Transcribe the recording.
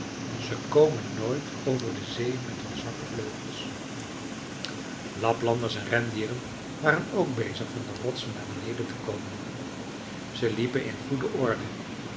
ze komen nooit over de zee met hun zwakke vleugels laplanders en rendieren waren ook bezig van de rotsen naar beneden te komen ze liepen in goede orde